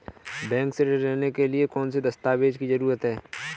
Bank से ऋण लेने के लिए कौन से दस्तावेज की जरूरत है?